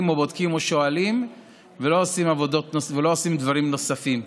ובודקים ושואלים ולא עושים דברים נוספים.